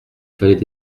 fallait